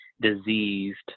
diseased